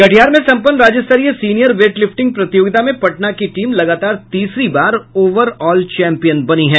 कटिहार में सम्पन्न राज्यस्तरीय सीनियर वेटलिफ्टिंग प्रतियोगिता में पटना की टीम ने लगातार तीसरी बार ओवरऑल चैंपियन बनी है